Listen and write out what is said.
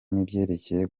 n’ibyerekeye